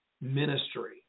ministry